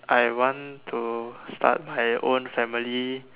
I want to start my own family